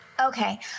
Okay